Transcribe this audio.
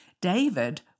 David